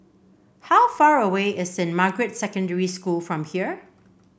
how far away is Saint Margaret's Secondary School from here